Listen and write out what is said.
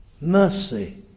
mercy